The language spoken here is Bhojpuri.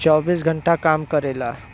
चौबीस घंटा काम करेला